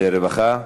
רווחה.